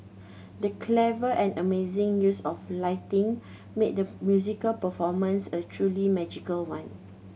the clever and amazing use of lighting made the musical performance a truly magical one